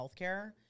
healthcare